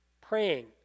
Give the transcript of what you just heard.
praying